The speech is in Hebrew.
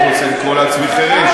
אני לא רוצה לקרוא לעצמי חירש,